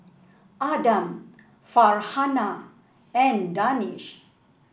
Adam Farhanah and Danish